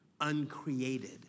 uncreated